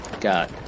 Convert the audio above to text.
got